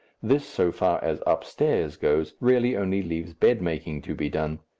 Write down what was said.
this, so far as upstairs goes, really only leaves bedmaking to be done,